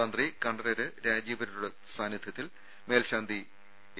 തന്ത്രി കണ്ഠരര് രാജീവരുടെ സാന്നിധ്യത്തിൽ മേൽശാന്തി എ